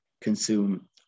consume